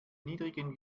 niedrigen